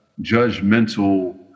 judgmental